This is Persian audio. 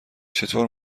چطور